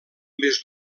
més